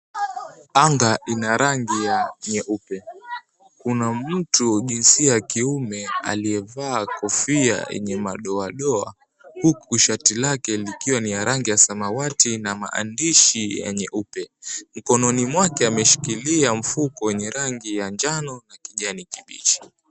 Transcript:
Anga ina rangi ya nyeupe, kuna mtu jinsia ya kiume aliyevaa kofia ya madoa doa, huku shati lake likiwa la rangi ya samawati na maandishi ya nyeupe, mkononi mwake ameshikilia mfuko wenye rangi ya njano na kijani kibichi.